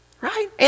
right